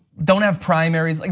don't have primaries. like